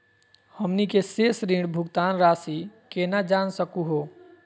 हमनी के शेष ऋण भुगतान रासी केना जान सकू हो?